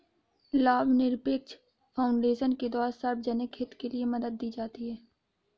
लाभनिरपेक्ष फाउन्डेशन के द्वारा सार्वजनिक हित के लिये मदद दी जाती है